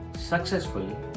successful